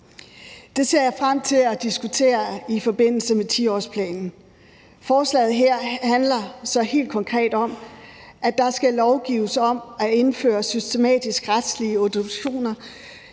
Det ser jeg frem til at diskutere i forbindelse med 10-årsplanen. Forslaget her handler helt konkret om, at der skal lovgives om at indføre systematiske retslige obduktioner